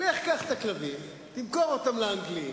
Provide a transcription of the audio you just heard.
בטח לא מהשרים של מפלגת העבודה יושב פה או מגיע,